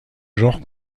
genre